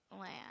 land